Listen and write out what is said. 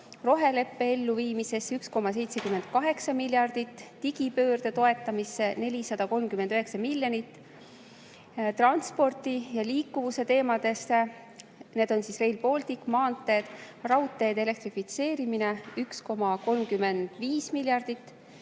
roheleppe elluviimiseks 1,78 miljardit; digipöörde toetamiseks 439 miljonit; transpordi ja liikuvuse teemadele, need on Rail Baltic, maanteed ja raudteede elektrifitseerimine, 1,35 miljardit;